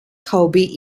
hobby